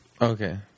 okay